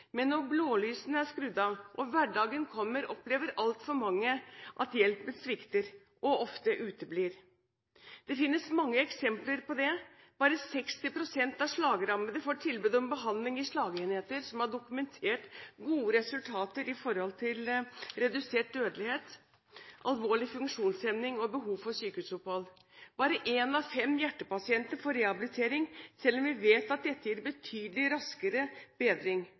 men når blålysene er skrudd av og hverdagen kommer, opplever altfor mange at hjelpen svikter og ofte uteblir. Det finnes mange eksempler på dette: Bare 60 pst. av slagrammede får tilbud om behandling i slagenheter, som har dokumentert gode resultater når det gjelder redusert dødelighet, alvorlig funksjonshemming og behov for sykehusopphold. Bare én av fem hjertepasienter får rehabilitering, selv om vi vet at dette gir betydelig raskere bedring.